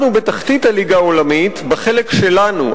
אנחנו בתחתית הליגה העולמית בחלק שלנו,